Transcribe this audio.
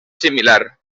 similar